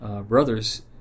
brothers